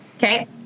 Okay